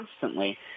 constantly